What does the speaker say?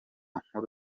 nkuru